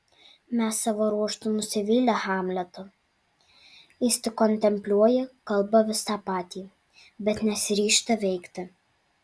mes savo ruožtu nusivylę hamletu jis tik kontempliuoja kalba vis tą patį bet nesiryžta veikti